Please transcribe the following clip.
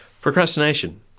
Procrastination